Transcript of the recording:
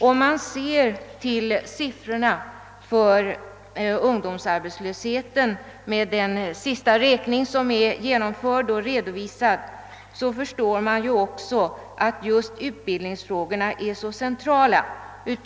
Om man ser till siffrorna för ungdomsarbetslösheten enligt den sista räkning som är genomförd och redovisad, så förstår man också att just utbildningsfrågorna är så centrala.